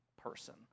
person